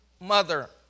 mother